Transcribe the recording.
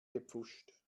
gepfuscht